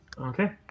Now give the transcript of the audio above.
Okay